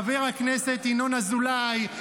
לחבר הכנסת ינון אזולאי,